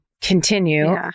continue